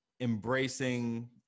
embracing